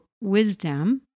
wisdom